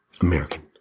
American